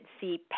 see